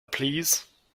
please